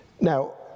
Now